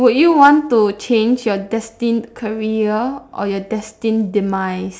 would you want to change you destined career or your destined demise